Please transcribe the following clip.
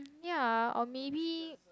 ya or maybe